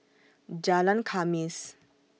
Jalan Khamis